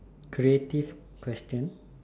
creative question